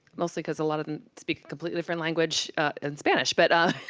mostly because a lot of them speak a completely different language in spanish. but